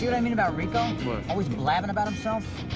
you know i mean about ricco? what? always blabbing about himself?